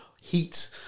heat